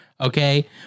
Okay